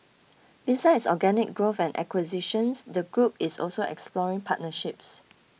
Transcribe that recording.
besides organic growth and acquisitions the group is also exploring partnerships